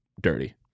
dirty